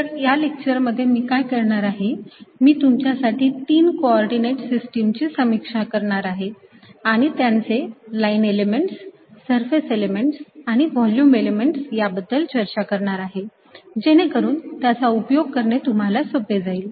तर या लेक्चर मध्ये मी काय करणार आहे मी तुमच्यासाठी तीन कोऑर्डिनेट सिस्टीम ची समीक्षा करणार आहे आणि त्यांचे लाईन एलेमेंट्स सरफेस एलेमेंट्स आणि व्हॉल्युम एलिमेंट्स यांबद्दल चर्चा करणार आहे जेणेकरून त्यांचा उपयोग करणे तुम्हाला सोपे जाईल